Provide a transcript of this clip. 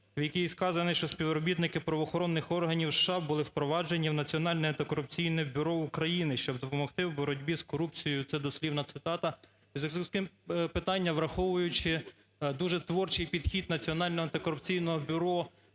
в якій сказано, що співробітники правоохоронних органів США були впроваджені в Національне антикорупційне бюро України, щоб допомогти у боротьбі з корупцією. Це дослівна цитата. У зв'язку з тим питання, враховуючи дуже творчий підхід Національного антикорупційного бюро до